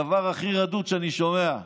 הדבר הכי רדוד שאני שומע,